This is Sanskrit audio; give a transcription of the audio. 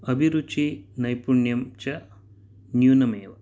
अभिरुचिः नैपुण्यं च न्यूनम् एव